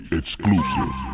exclusive